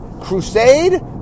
Crusade